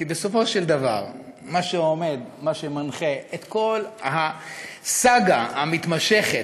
כי בסופו של דבר מה שמנחה את כל הסאגה המתמשכת,